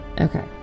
Okay